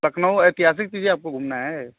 लखनऊ ऐतिहासिक चीज़ें आपको घूमना है